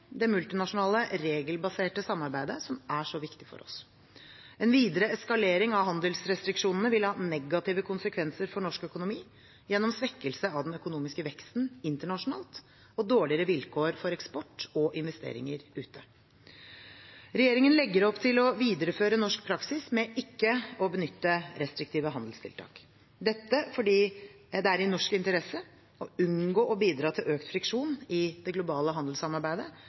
det multinasjonale, regelbaserte samarbeidet, som er så viktig for oss. En videre eskalering av handelsrestriksjonene vil ha negative konsekvenser for norsk økonomi gjennom svekkelse av den økonomiske veksten internasjonalt og dårligere vilkår for eksport og investeringer ute. Regjeringen legger opp til å videreføre norsk praksis med ikke å benytte restriktive handelstiltak, dette fordi det er i norsk interesse å unngå å bidra til økt friksjon i det globale handelssamarbeidet,